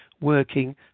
working